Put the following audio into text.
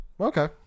Okay